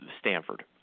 Stanford